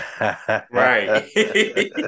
Right